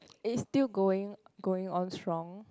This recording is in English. is still going going on strong